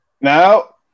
now